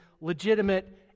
legitimate